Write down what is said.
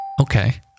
Okay